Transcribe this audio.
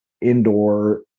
indoor